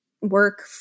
work